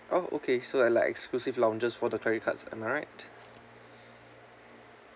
oh okay so like exclusive lounges for the credit cards am I right